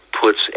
puts